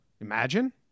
Imagine